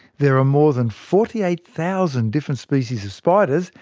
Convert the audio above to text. there are more than forty eight thousand different species of spiders,